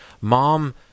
Mom